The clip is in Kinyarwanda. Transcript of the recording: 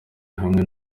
hamwe